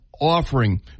offering